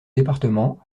département